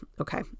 okay